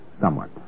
somewhat